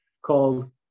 called